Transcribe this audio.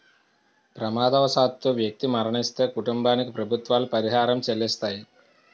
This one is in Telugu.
ప్రమాదవశాత్తు వ్యక్తి మరణిస్తే కుటుంబానికి ప్రభుత్వాలు పరిహారం చెల్లిస్తాయి